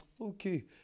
Okay